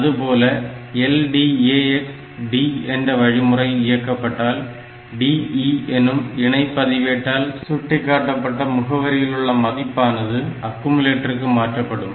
அதுபோல LDAX D என்ற வழிமுறை இயக்கப்பட்டால் DE எனும் இணை பதிவேட்டால் சுட்டிகாட்டப்பட்ட முகவரியிலுள்ள மதிப்பானது அக்குமுலேட்டருக்கு மாற்றப்படும்